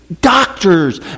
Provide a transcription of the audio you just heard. doctors